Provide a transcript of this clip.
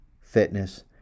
fitness